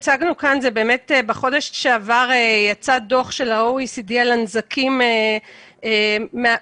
בחודש שעבר יצא דוח של ה-OECD על הנזקים מהאספקט